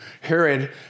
Herod